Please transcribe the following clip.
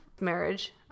marriage